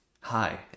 hi